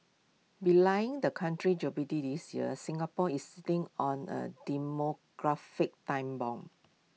belying the country's jubilee this year Singapore is sitting on A demographic time bomb